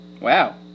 wow